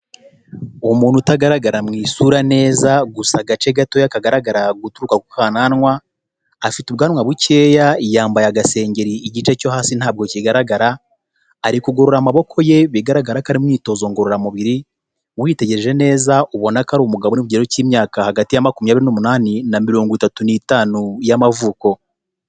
Umuntu utagaragara mw’isura neza, gusa agace gatoya kagaragara guturuka ku kananwa afite ubwanwa bukeya, yambaye agasengeri igice cyo hasi ntabwo kigaragara ari kugorora amaboko ye bigaragara ko ari mu myitozo ngororamubiri, witegereje neza ubona ko ari umugabo uri mu kigero cy'imyaka hagati ya makumyabiri n'umunani na mirongo itatu n’itanu y'amavuko.